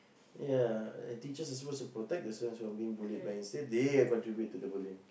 ya teachers are supposed to protect the students from being bullied but instead they are contribute to the bullying